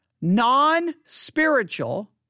non-spiritual